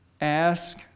Ask